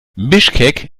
bischkek